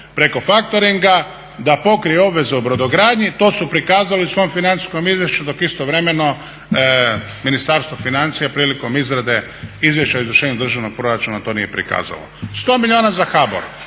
preko factoringa da pokrije obveze u brodogradnji. To su prikazali u svom financijskom izvješću dok istovremeno Ministarstvo financija prilikom izrade izvješća o izvršenju državnog proračuna to nije prikazalo. 100 milijuna za HBOR.